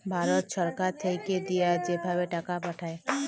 ভারত ছরকার থ্যাইকে দিঁয়া যে ভাবে টাকা পাঠায়